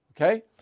Okay